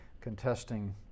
contesting